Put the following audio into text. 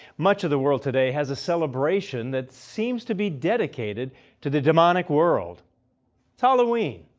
much of the world today has a celebration that seems to be dedicated to the demonic world. its halloween.